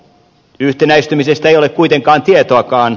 yhtenäistymisestä ei ole kuitenkaan tietoakaan